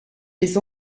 des